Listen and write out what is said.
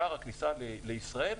שער הכניסה לישראל,